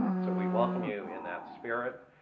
so we welcome you in that spirit.